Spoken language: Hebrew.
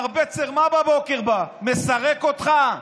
מר בצר בבוקר בא, מסרק אותך,